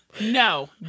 No